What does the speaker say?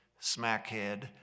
Smackhead